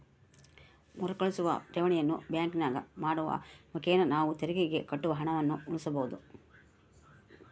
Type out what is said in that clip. ಮರುಕಳಿಸುವ ಠೇವಣಿಯನ್ನು ಬ್ಯಾಂಕಿನಾಗ ಮಾಡುವ ಮುಖೇನ ನಾವು ತೆರಿಗೆಗೆ ಕಟ್ಟುವ ಹಣವನ್ನು ಉಳಿಸಬಹುದು